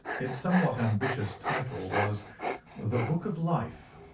its somewhat ambitious title was the book of life,